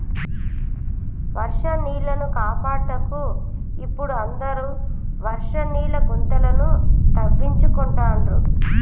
వర్షం నీళ్లను కాపాడుటకు ఇపుడు అందరు వర్షం నీళ్ల గుంతలను తవ్వించుకుంటాండ్రు